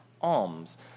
alms